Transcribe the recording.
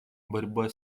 борьба